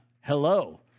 Hello